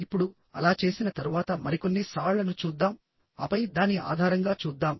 ఇప్పుడు అలా చేసిన తరువాత మరికొన్ని సవాళ్లను చూద్దాం ఆపై దాని ఆధారంగా చూద్దాం